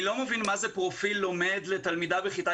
אני לא מבין מה זה פרופיל "לומד" עבור תלמידה בכיתה